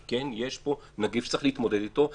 כי יש פה נגיף שצריך להתמודד איתו.